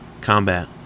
Combat